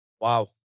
Wow